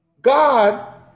God